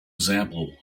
example